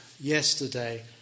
yesterday